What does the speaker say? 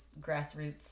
grassroots